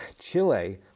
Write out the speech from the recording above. Chile